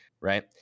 right